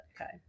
Okay